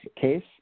case